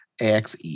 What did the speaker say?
Axe